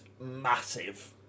massive